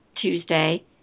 Tuesday